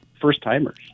first-timers